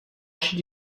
should